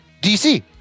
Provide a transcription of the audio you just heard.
DC